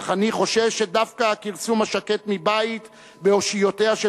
אך אני חושש שדווקא הכרסום השקט מבית באושיותיה של